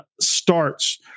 starts